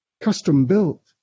custom-built